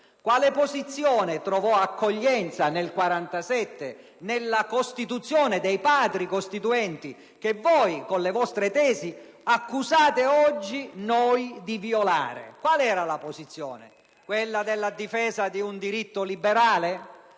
Quale posizione trovò accoglienza nel 1947 nella Costituzione dei Padri costituenti che voi, con le vostre tesi, ci accusate oggi di violare? Quale era la posizione? Quella della difesa di un diritto liberale?